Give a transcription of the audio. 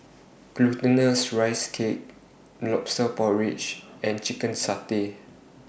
Glutinous Rice Cake Lobster Porridge and Chicken Satay